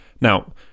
Now